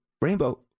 Rainbow